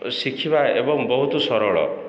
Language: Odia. ଶିଖିବା ଏବଂ ବହୁତ ସରଳ